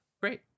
Great